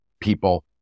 people